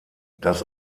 das